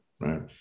right